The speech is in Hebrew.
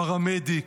פרמדיק,